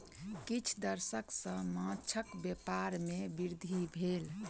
किछ दशक सॅ माँछक व्यापार में वृद्धि भेल